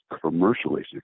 commercially